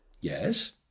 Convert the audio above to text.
Yes